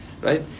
Right